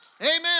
Amen